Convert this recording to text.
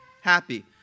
happy